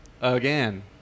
again